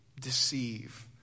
deceive